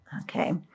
okay